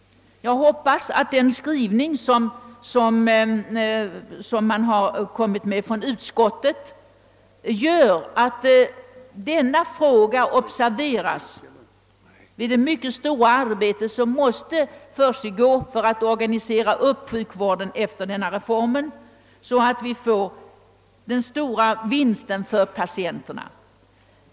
Jag hoppas, att den skrivning som utskottet har stannat för skall leda till att frågan observeras i det mycket omfattande arbete som krävs för att organisera upp sjukvården efter reformen, så att den stora vinsten utfaller till patienterna.